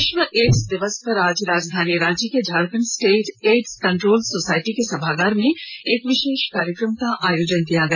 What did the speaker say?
विश्व एड़स दिवस पर आज राजधानी रांची के Jharkhand state AIDS control society के सभागार में एक विशेष कार्यक्रम का आयोजन किया गया